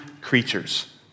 creatures